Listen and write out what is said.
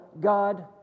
God